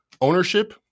ownership